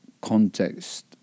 context